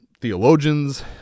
theologians